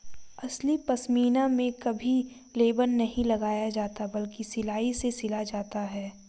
असली पश्मीना में कभी लेबल नहीं लगाया जाता बल्कि सिलाई से सिला जाता है